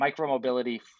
micromobility